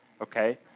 Okay